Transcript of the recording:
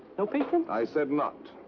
no patron? i said not.